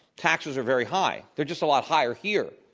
taxes are very high. they're just a lot higher here